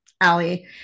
Allie